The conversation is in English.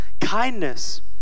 kindness